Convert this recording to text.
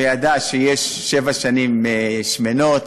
וידע שיש שבע שנים שמנות,